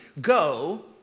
go